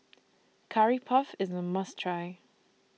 Curry Puff IS A must Try